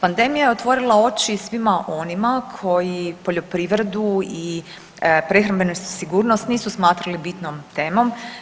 Pandemija je otvorila oči i svima onima koji poljoprivredu i prehrambenu sigurnost nisu smatrali bitnom temom.